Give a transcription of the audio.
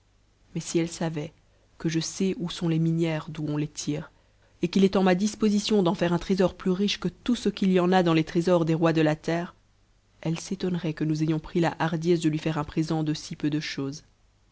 mais si elle savait que je sais où sont les minières d'où on tire et qu'il est en ma disposition d'en faire un trésor plus riche que tout ce qu'il y en a dans les trésors des rois de la terre elle s'étonnerait f nous ayons pris la hardiesse de lui taire un présent do si peu c